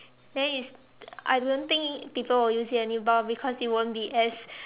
then it's I don't think people will use it anymore because it won't be as